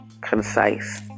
concise